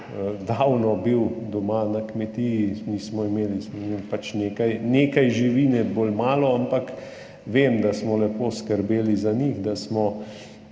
davno bil doma na kmetiji. Imeli smo pač nekaj živine, bolj malo, ampak vem, da smo lepo skrbeli za njih, da smo